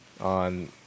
on